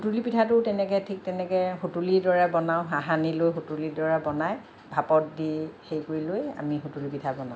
সুতুলী পিঠাটো তেনেকে ঠিক তেনেকে সুতুলীৰ দৰে বনাওঁ সানি লৈ সুতুলীৰ দৰে বনাই ভাপত দি হেৰি কৰি লৈ আমি সুতুলী পিঠা বনাওঁ